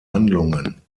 handlungen